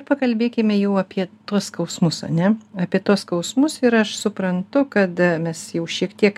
pakalbėkime jau apie tuos skausmus ane apie tuos skausmus ir aš suprantu kad mes jau šiek tiek